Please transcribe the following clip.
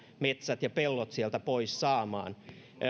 metsät ja pellot sieltä pois saamaan